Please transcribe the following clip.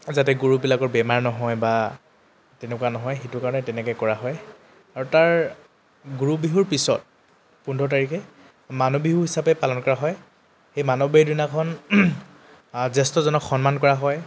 যাতে গৰুবিলাকৰ বেমাৰ নহয় বা তেনেকুৱা নহয় সেইটো কাৰণে তেনেকৈ কৰা হয় আৰু তাৰ গৰু বিহুৰ পিছত পোন্ধৰ তাৰিখে মানুহ বিহু হিচাপে পালন কৰা হয় সেই মানৱ বিহুৰ দিনাখন অ জ্যেষ্ঠজনক সন্মান কৰা হয়